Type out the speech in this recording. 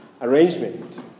arrangement